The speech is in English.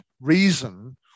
reason